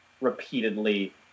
repeatedly